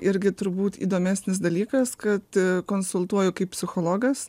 irgi turbūt įdomesnis dalykas kad konsultuoju kaip psichologas